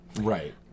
Right